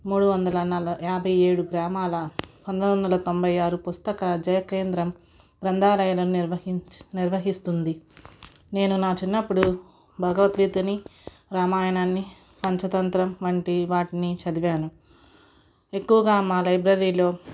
మూడు వందల నల యాభై ఏడు గ్రామాల పంతొమ్మిది వందల తొంభై ఆరు పుస్తక జయ కేంద్రం గ్రంథాలయాలని నిర్వహించ్ నిర్వహిస్తుంది నేను నా చిన్నప్పుడు భగవద్గీతని రామాయణాన్ని పంచతంత్రం వంటి వాటిని చదివాను ఎక్కువగా మా లైబ్రరీలో